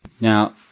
Now